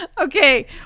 Okay